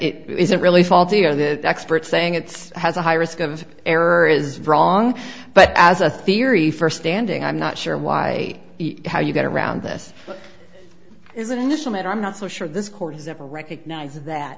it isn't really faulty or the experts saying it's has a high risk of error is wrong but as a theory for standing i'm not sure why how you get around this is an initial that i'm not so sure this court has ever recognizes that